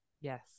Yes